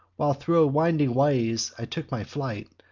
while thro' winding ways i took my flight,